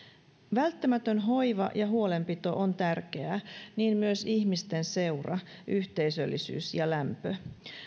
välttämätön hoiva ja huolenpito on tärkeää niin myös ihmisten seura yhteisöllisyys ja lämpö